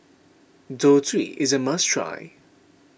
Zosui is a must try